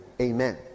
Amen